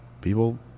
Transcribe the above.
people